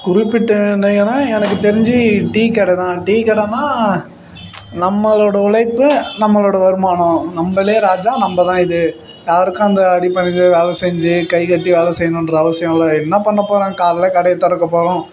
குறிப்பிட்ட இடங்கன்னால் எனக்குத் தெரிஞ்சு டீக்கடை தான் டீக்கடைன்னா நம்மளோடய உழைப்பு நம்மளோடய வருமானம் நம்மளே ராஜா நம்ம தான் இது யாருக்கும் அந்த அடிபணிந்து வேலை செஞ்சு கை கட்டி வேலை செய்யணுன்ற அவசியமெலாம் என்ன பண்ணப் போகிறோம் காலைல கடையை திறக்கப் போகிறோம்